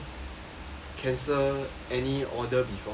cancel any order before